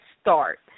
start